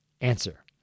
Answer